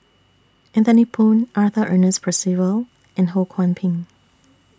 Anthony Poon Arthur Ernest Percival and Ho Kwon Ping